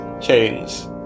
chains